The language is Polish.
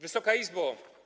Wysoka Izbo!